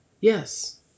yes